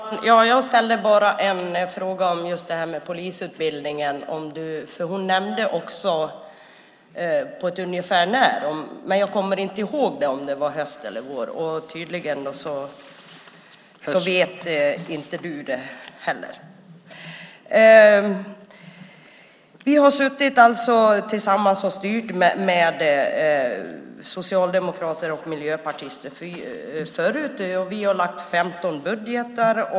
Herr talman! Jag ställde en fråga om polisutbildningen, och hon nämnde på ett ungefär när, men jag kommer inte ihåg om det var höst eller vår. Tydligen vet inte Krister Hammarbergh det heller. Vi har förut suttit och styrt tillsammans med socialdemokrater och miljöpartister och lagt 15 budgetar.